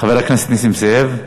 חבר הכנסת נסים זאב.